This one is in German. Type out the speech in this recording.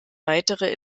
weitere